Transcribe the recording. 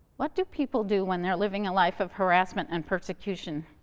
what do people do when they're living a life of harassment and persecution?